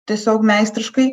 tiesiog meistriškai